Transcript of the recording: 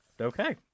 Okay